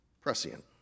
prescient